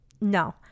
no